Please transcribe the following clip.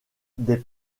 des